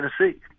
Tennessee